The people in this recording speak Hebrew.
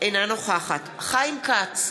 אינה נוכחת חיים כץ,